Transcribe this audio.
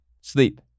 sleep